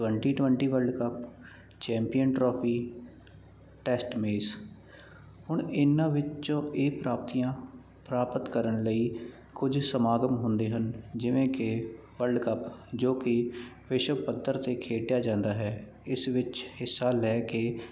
twenty twenty world cup champion trophy test mace ਹੁਣ ਇਹਨਾਂ ਵਿੱਚੋਂ ਇਹ ਪ੍ਰਾਪਤੀਆਂ ਪ੍ਰਾਪਤ ਕਰਨ ਲਈ ਕੁਝ ਸਮਾਗਮ ਹੁੰਦੇ ਹਨ ਜਿਵੇਂ ਕਿ ਵਲਡ ਕੱਪ ਜੋ ਕਿ ਵਿਸ਼ਵ ਪੱਧਰ 'ਤੇ ਖੇਡਿਆ ਜਾਂਦਾ ਹੈ ਇਸ ਵਿੱਚ ਹਿੱਸਾ ਲੈ ਕੇ